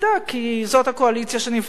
כי זאת הקואליציה שנבחרה